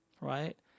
right